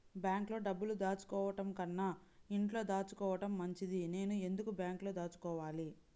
బ్యాంక్లో డబ్బులు దాచుకోవటంకన్నా ఇంట్లో దాచుకోవటం మంచిది నేను ఎందుకు బ్యాంక్లో దాచుకోవాలి?